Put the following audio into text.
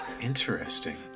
Interesting